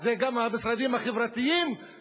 זה גם המשרדים החברתיים,